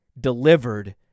delivered